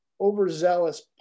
overzealous